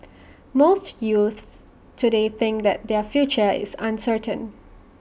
most youths today think that their future is uncertain